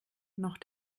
noch